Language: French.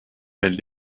elle